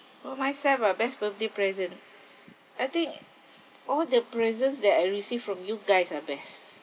bought myself a best birthday present I think all the presents that I received from you guys are best